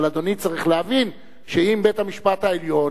אבל אדוני צריך להבין שאם בית-המשפט העליון,